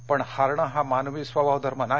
पण हारणं हा मानवी स्वभावधर्म नाही